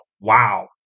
Wow